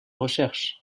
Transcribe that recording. recherche